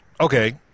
Okay